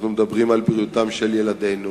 אנחנו מדברים על בריאותם של ילדינו,